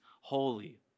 holy